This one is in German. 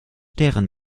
deren